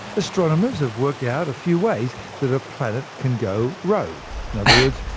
astronomers have worked out a few ways that a planet can go rogue in other words,